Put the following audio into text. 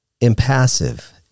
impassive